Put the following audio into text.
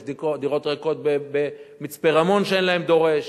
יש דירות ריקות במצפה-רמון שאין להן דורש.